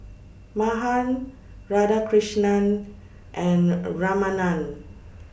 Mahan Radhakrishnan and Ramanand